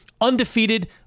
undefeated